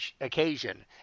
occasion